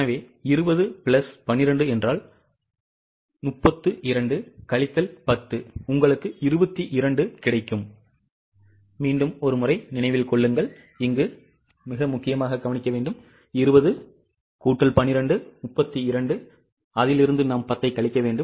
எனவே 20 பிளஸ் 12 என்றால் 32 கழித்தல் 10 உங்களுக்கு 22 கிடைக்கிறது